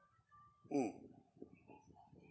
mm